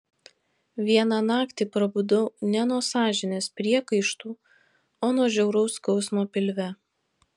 vieną naktį prabudau ne nuo sąžinės priekaištų o nuo žiauraus skausmo pilve